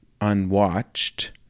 unwatched